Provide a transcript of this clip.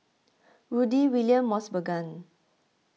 Rudy William Mosbergen